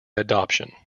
adoption